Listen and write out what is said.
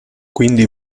quindi